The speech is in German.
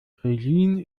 regine